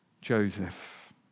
Joseph